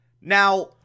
Now